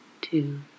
two